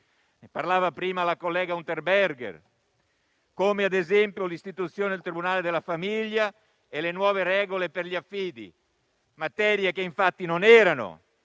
parlava prima la collega Unterberger, come, ad esempio, l'istituzione del tribunale della famiglia e le nuove regole per gli affidi. Materie che, infatti, non erano